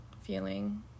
feeling